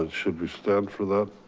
ah should we stand for that?